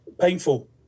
Painful